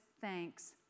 thanks